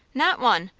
not one.